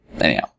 Anyhow